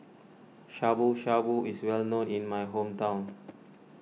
Shabu Shabu is well known in my hometown